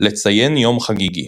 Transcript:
לציין יום חגיגי.